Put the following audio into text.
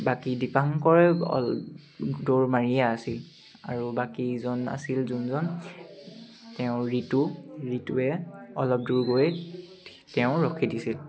বাকী দীপাংকৰ দৌৰ মাৰিয়ে আছিল আৰু বাকী ইজন আছিল যোনজন তেওঁ ঋতু ঋতুৱে অলপ দূৰ গৈ তেওঁ ৰখি দিছিল